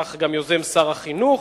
כך גם יוזם שר החינוך,